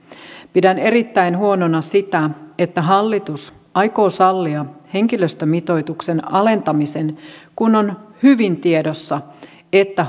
pidän erittäin huonona sitä että hallitus aikoo sallia henkilöstömitoituksen alentamisen kun on hyvin tiedossa että